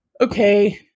okay